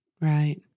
right